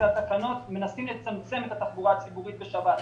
אלה התקנות את התחבורה הציבורית בשבת.